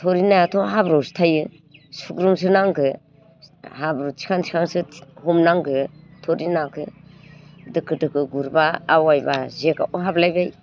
थुरि नायाथ' हाब्रुवावसो थायो सुग्रोमसोनांगो हाब्रु थिखां थिखांसो हमनांगौ थुरि नाखौ दोखो दोखो गुरबा आवायबा जेखायावबो हाबलायबाय